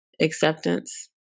acceptance